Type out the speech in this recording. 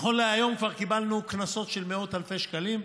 נכון להיום כבר קיבלנו קנסות של מאות אלפי שקלים.